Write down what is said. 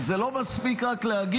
כי זה לא מספיק רק להגיד: